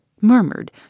murmured